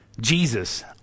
Jesus